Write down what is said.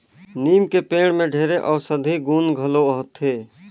लीम के पेड़ में ढेरे अउसधी गुन घलो होथे